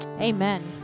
amen